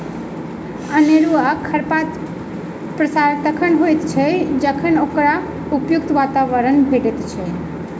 अनेरूआ खरपातक प्रसार तखन होइत अछि जखन ओकरा उपयुक्त वातावरण भेटैत छै